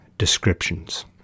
descriptions